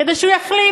כדי שהוא יחליט,